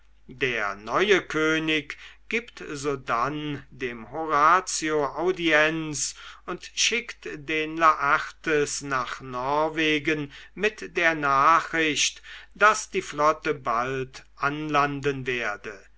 der neue könig gibt sodann dem horatio audienz und schickt den laertes nach norwegen mit der nachricht daß die flotte bald anlanden werde